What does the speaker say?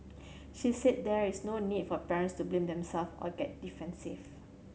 she said there is no need for parents to blame themself or get defensive